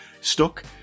stuck